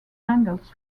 angles